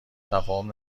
تفاهم